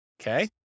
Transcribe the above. Okay